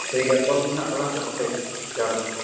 ᱴᱷᱤᱠ ᱜᱮᱭᱟ ᱠᱚᱞ ᱵᱤᱱ ᱦᱟᱸᱜ ᱛᱚᱵᱮ ᱦᱮᱸᱥᱮ ᱴᱷᱤᱠ ᱡᱚᱦᱟᱨ ᱜᱮ